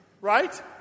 right